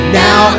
now